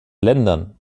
ländern